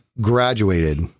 graduated